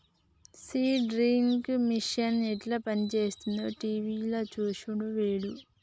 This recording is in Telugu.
సీడ్ డ్రిల్ మిషన్ యెట్ల పనిచేస్తదో టీవీల చూసిండు వేణు